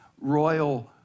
royal